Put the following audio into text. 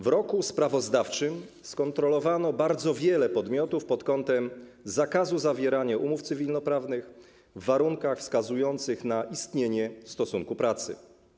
W roku sprawozdawczym skontrolowano bardzo wiele podmiotów pod kątem zakazu zawierania umów cywilnoprawnych w warunkach wskazujących na istnienie stosunku pracy.